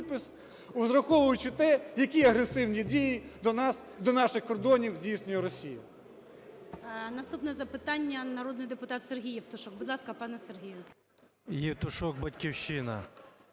враховуючи те, які агресивні дії до наших кордонів здійснює Росія.